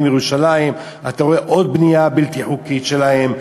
ירושלים ואתה רואה עוד בנייה בלתי חוקית שלהם,